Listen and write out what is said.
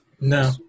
No